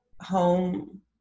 home